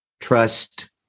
trust